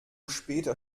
später